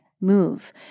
move